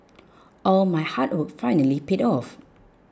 all my hard work finally paid off